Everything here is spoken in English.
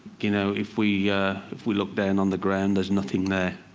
you know, if we if we look down on the ground, there's nothing there.